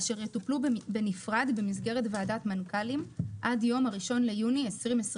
אשר יטופלו בנפרד במסגרת ועדת מנכ"לים עד יום 1.6.2022,